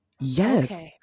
Yes